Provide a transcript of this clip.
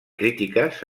crítiques